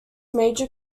major